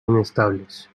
inestables